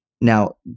Now